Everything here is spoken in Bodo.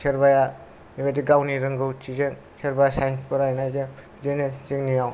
सोरबाया बेबादिनो गावनि रोंगथिजों सोरबा साइन्स फरायनायजों बिदिनो जोंनियाव